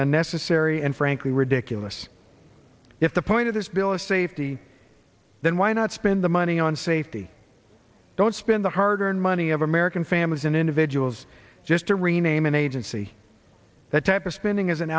unnecessary and frankly ridiculous if the point of this bill is safety then why not spend the money on safety don't spend the hard earned money of american families and individuals just to rename an agency that type of spending isn't